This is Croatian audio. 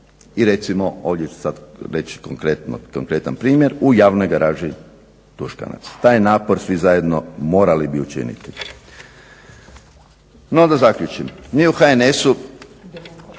i recimo ovdje ću sad reći konkretan primjer, u javnoj garaži Tuškanac. Taj napor svi zajedno morali bi učiniti. No da zaključim, mi u HNS-u